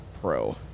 pro